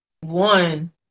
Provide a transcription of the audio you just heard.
one